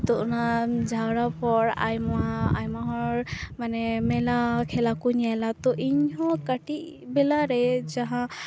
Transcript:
ᱛᱳ ᱚᱱᱟ ᱡᱟᱣᱨᱟ ᱯᱚᱨ ᱟᱭᱢᱟ ᱟᱭᱢᱟ ᱦᱚᱲ ᱢᱟᱱᱮ ᱢᱮᱞᱟ ᱠᱷᱮᱞᱟ ᱠᱚ ᱧᱮᱞᱟ ᱛᱳ ᱤᱧᱦᱚᱸ ᱠᱟᱹᱴᱤᱪ ᱵᱮᱞᱟᱨᱮ ᱡᱟᱦᱟᱸ